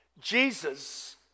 Jesus